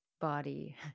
body